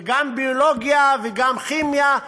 וגם ביולוגיה וגם כימיה,